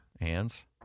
hands